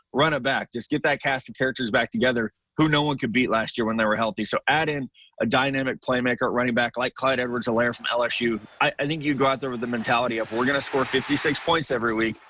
run it back just get that cast of characters back together who no one could beat last year when they were healthy. so add in a dynamic playmaker at running back like clyde edwards-helaire from lsu. i think you go out there with the mentality of were going to score fifty six points every week,